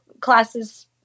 classes